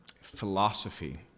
philosophy